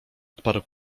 odparł